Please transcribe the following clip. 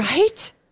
Right